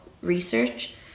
research